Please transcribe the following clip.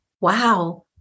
wow